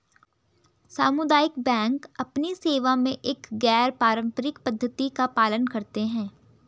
सामुदायिक बैंक अपनी सेवा में एक गैर पारंपरिक पद्धति का पालन करते हैं